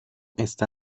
está